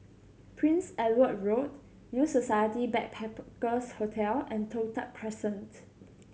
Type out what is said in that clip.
Prince Edward Road New Society Backpackers' Hotel and Toh Tuck Crescent